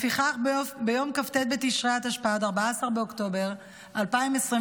לפיכך, ביום כ"ט בתשרי התשפ"ד, 14 באוקטובר 2023,